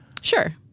Sure